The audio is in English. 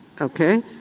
okay